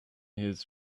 his